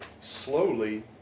Slowly